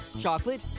chocolate